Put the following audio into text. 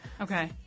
Okay